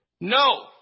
No